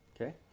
Okay